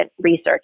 research